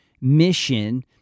mission